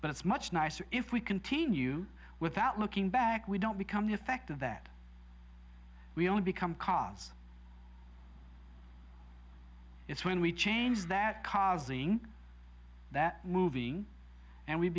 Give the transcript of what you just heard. but it's much nicer if we continue without looking back we don't become the effect of that we only become cause it's when we change that causing that moving and we